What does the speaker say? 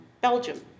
Belgium